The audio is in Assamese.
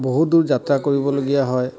বহু দূৰ যাত্ৰা কৰিবলগীয়া হয়